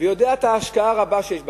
ויודע את ההשקעה הרבה שיש בחינוך,